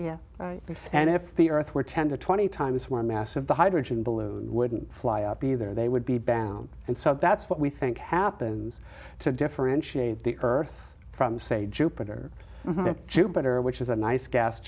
off and if the earth were ten to twenty times more massive the hydrogen balloons wouldn't fly up either they would be bound and so that's what we think happens to differentiate the earth from say jupiter jupiter which is a nice gas